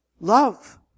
Love